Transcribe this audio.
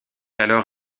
alors